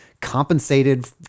compensated